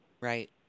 Right